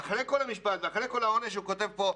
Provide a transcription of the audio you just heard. אחרי כל המשפט ואחרי כל העונש, כתוב כאן